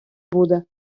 буде